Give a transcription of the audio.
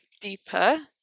deeper